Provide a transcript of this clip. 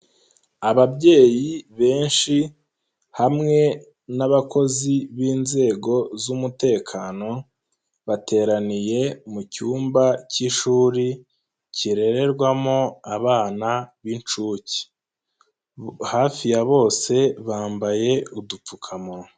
Ababyeyi benshi hamwe n'abakozi b'inzego z'umutekano, bateraniye mu cyumba k'ishuri kirererwamo abana b'inshuke. Hafi ya bose bambaye udupfukamunwa.